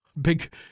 big